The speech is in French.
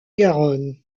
garonne